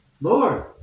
Lord